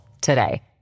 today